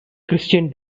christian